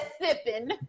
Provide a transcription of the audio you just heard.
sipping